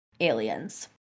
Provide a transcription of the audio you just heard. aliens